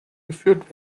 geführt